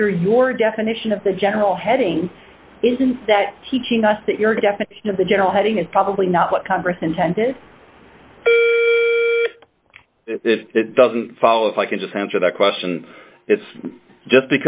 under your definition of the general heading isn't that teaching us that your definition of the general heading is probably not what congress intended if it doesn't follow if i can just answer the question it's just